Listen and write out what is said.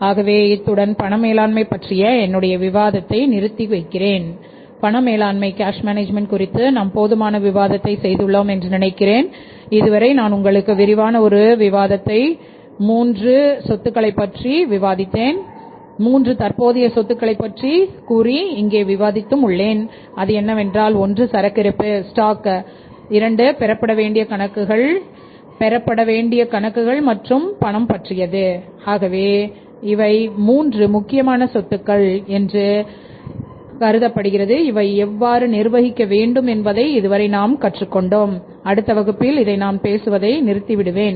ஆகவே இத்துடன் மேலாண்மை பற்றிய என்னுடைய விவாதத்தை நிறுத்தி வைக்கிறேன் பண மேலாண்மை எவ்வாறு நிர்வகிக்க வேண்டும் என்பதை இதுவரை நாம் கற்றுக் கொண்டோம் அடுத்த வகுப்பில் இதை நான் பேசுவதை நிறுத்தி விடுவேன்